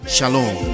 Shalom